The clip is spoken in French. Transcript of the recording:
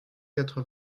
quatre